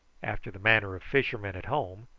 after the manner of fishermen at home,